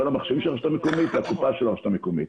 כלל המחשבים של הרשות המקומית והקופה של הרשות המקומית.